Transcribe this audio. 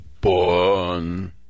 born